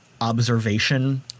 observation